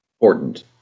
important